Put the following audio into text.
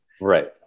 Right